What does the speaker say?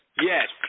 Yes